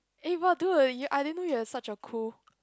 eh but dude you I didn't know you are such a cool